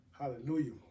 Hallelujah